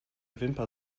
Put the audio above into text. wimper